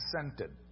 consented